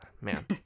Man